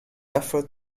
effort